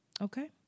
Okay